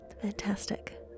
Fantastic